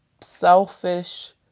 selfish